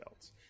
else